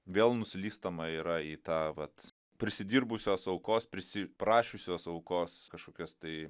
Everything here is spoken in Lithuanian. vėl nuslystama yra į tą vat prisidirbusios aukos prisiprašiusios aukos kažkokias tai